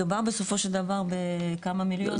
מדובר בסופו של דבר בכמה מיליונים.